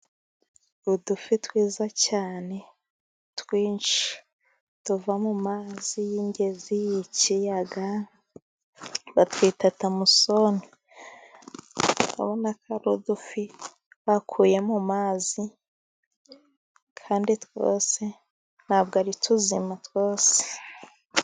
Udufi twiza cyane, twinshi. Tuva mu mazi y'ingezi, y'ikiyaga, batwita tamusoni. Urabona ko ari udufi bakuye mazi, kandi twose ntabwo ari tuzima twose.